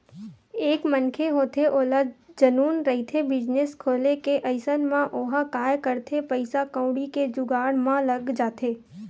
एक मनखे होथे ओला जनुन रहिथे बिजनेस खोले के अइसन म ओहा काय करथे पइसा कउड़ी के जुगाड़ म लग जाथे